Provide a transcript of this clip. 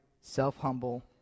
self-humble